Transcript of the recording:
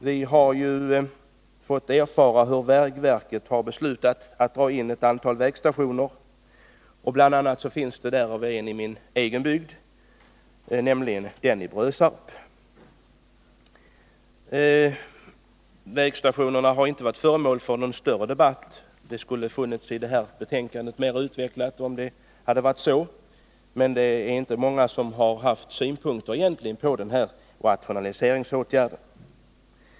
Vi har ju fått erfara att vägverket beslutat att dra in ett antal vägstationer, bl.a. en i min egen bygd, nämligen den i Brösarp. Vägstationerna har inte varit föremål för någon större debatt — det skulle ha funnits mera utvecklat i detta betänkande, om det hade förts en sådan debatt — och det är egentligen inte många som haft synpunkter på den här rationaliseringsåtgärden.